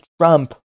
Trump